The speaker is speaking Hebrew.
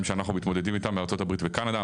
שאנו מתמודדים איתם מארצות הברית וקנדה,